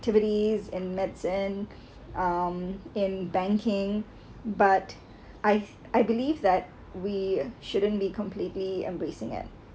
activities and maths and um in banking but I've I believe that we shouldn't be completely embracing it